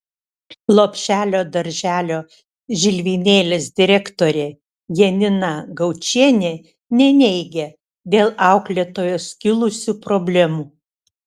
lopšelio darželio žilvinėlis direktorė janina gaučienė neneigia dėl auklėtojos kilusių problemų